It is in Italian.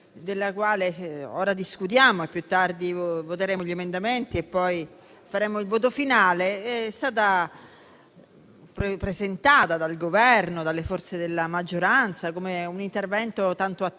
oggi in discussione (più tardi voteremo gli emendamenti ed esprimeremo il voto finale), è stata presentata dal Governo e dalle forze della maggioranza come un intervento tanto atteso,